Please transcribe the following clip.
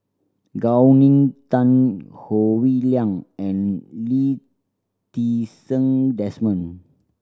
Gao Ning Tan Howe Liang and Lee Ti Seng Desmond